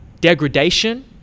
degradation